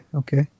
okay।